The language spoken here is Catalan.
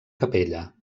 capella